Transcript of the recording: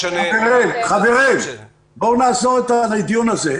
חברים, בואו נעזוב את הדיון הזה.